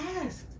asked